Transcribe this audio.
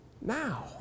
now